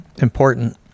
important